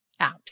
apps